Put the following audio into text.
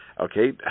okay